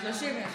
זה, 30 יום.